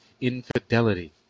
infidelity